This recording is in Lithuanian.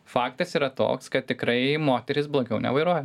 faktas yra toks kad tikrai moterys blogiau nevairuoja